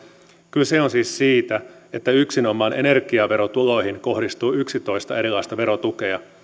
kyse on siis siitä että yksinomaan energiaverotuloihin kohdistuu yksitoista erilaista verotukea